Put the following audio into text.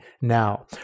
now